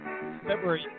February